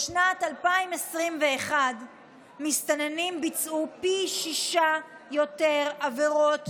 בשנת 2021 מסתננים ביצעו פי שישה יותר עבירות שוד מישראלים.